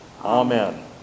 Amen